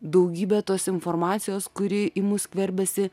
daugybę tos informacijos kuri į mus skverbiasi